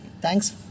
Thanks